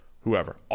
whoever